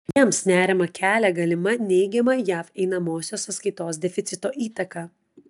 jiems nerimą kelia galima neigiama jav einamosios sąskaitos deficito įtaka